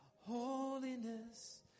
holiness